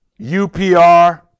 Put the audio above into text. UPR